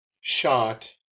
shot